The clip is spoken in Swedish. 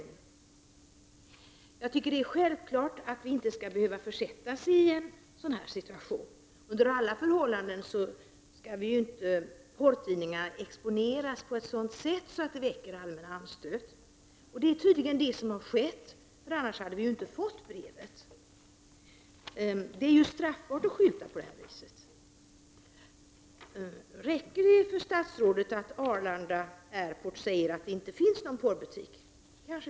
Jag tycker att det är självklart att vi inte skall behöva försättas i en sådan här situation. Under alla förhållanden skall inte porrtidningar exponeras på ett sådant sätt att det väcker allmän anstöt. Det är tydligen vad som har skett, annars hade vi inte fått brevet. Det är straffbart att skylta på det här sättet. Räcker det för statsrådet att Arlanda Airport säger att det inte finns någon porrbutik? Det kanske det gör.